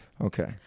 Okay